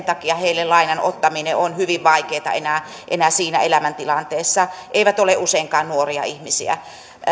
takia heille lainan ottaminen on hyvin vaikeata enää enää siinä elämäntilanteessa he eivät ole useinkaan nuoria ihmisiä